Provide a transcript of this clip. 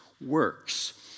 works